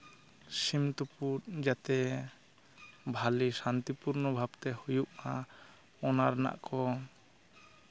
ᱥᱤᱢ ᱛᱩᱯᱩᱜ ᱡᱟᱛᱮ ᱵᱷᱟᱞᱮ ᱥᱟᱱᱛᱤ ᱯᱩᱨᱱᱚ ᱵᱷᱟᱵᱽᱛᱮ ᱦᱩᱭᱩᱜ ᱢᱟ ᱚᱱᱟ ᱨᱮᱱᱟᱜ ᱠᱚ